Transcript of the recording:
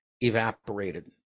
evaporated